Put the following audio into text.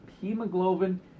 hemoglobin